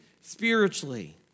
spiritually